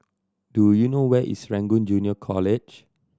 do you know where is Serangoon Junior College